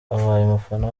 umufana